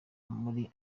muri